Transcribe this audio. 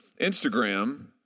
Instagram